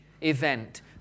event